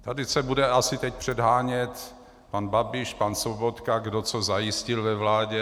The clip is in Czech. Tady se bude asi teď předhánět pan Babiš, pan Sobotka, kdo co zajistil ve vládě.